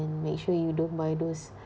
~en make sure you don't buy those